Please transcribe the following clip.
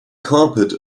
carpet